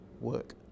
work